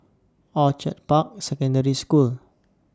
Orchid Park Secondary School